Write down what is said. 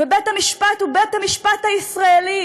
ובית-המשפט הוא בית-המשפט הישראלי